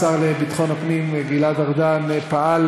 השר לביטחון הפנים גלעד ארדן פעל